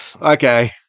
Okay